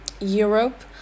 Europe